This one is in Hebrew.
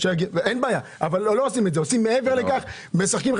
אני שמח שיש פה